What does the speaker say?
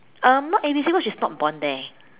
um not eligible she is not born there